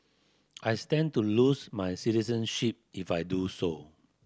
I stand to lose my citizenship if I do so